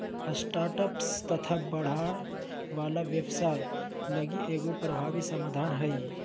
startups तथा बढ़े वाला व्यवसाय लगी एगो प्रभावी समाधान हइ